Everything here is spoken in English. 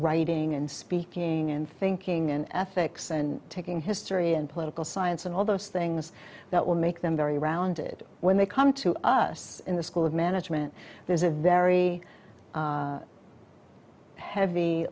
writing and speaking and thinking in ethics and taking history and political science and all those things that will make them very rounded when they come to us in the school of management there's a very